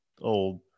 old